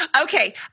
Okay